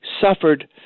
suffered